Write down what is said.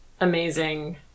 amazing